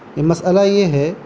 یہ مسئلہ یہ ہے